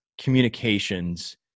communications